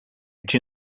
which